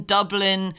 Dublin